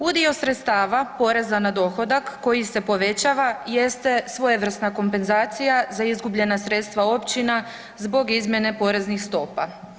Udio sredstava poreza na dohodak koji se povećava jeste svojevrsna kompenzacija za izgubljena sredstva općina zbog izmjene poreznih stopa.